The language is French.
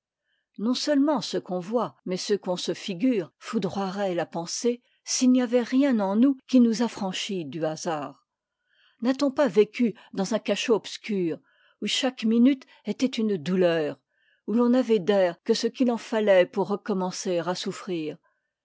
remplie non-seulement ce qu'on voit mais ce qu'on se figure foudroierait la pensée s'il n'y avait rien en nous qui nous affranchît du hasard n'a-t-on pas vécu dans un cachot obscur où chaque minute était une douleur où l'on n'avait d'air que ce qu'il en fallait pour recommencer à souffrir